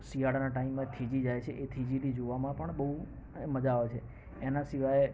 શિયાળાના ટાઈમમાં થીજી જાય છે એ થીજેલી જોવામાં પણ બહુ એ મજા આવે છે એના સિવાય